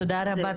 תודה רבה,